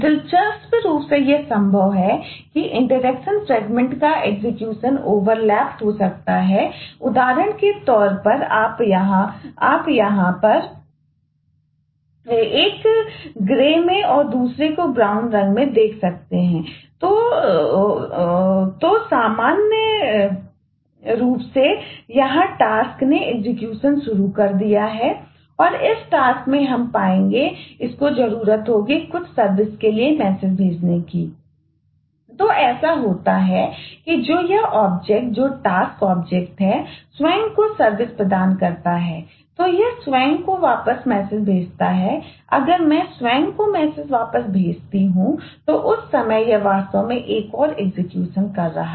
दिलचस्प रूप से यह संभव है कि इंटरेक्शन फ्रेगमेंट कर रहा है